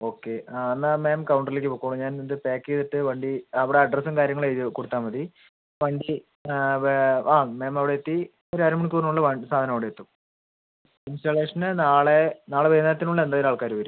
okay ആ എന്നാ ma'am കൗണ്ടറിലേക്ക് പൊക്കോളൂ ഞാൻ ഇത് പാക്ക് ചെയ്തിട്ട് വണ്ടി അവിട അഡ്രസ്സും കാര്യങ്ങളും എഴുതി കൊടുത്താൽ മതി ഫൈനലി ആ മാം അവിടെ എത്തി ഒര് അര മണിക്കൂറിന് ഉള്ള് വണ്ടി സാധനം അവിടെ എത്തും ഇൻസ്റ്റളേഷന് നാളെ നാള വൈന്നേരത്തിന് ഉള്ള് എന്തായാലും ആൾക്കാര് വെരും